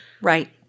Right